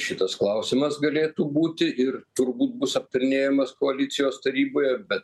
šitas klausimas galėtų būti ir turbūt bus aptarinėjamas koalicijos taryboje bet